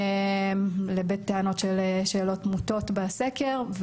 בטענות של שאלות מוטות בסקר.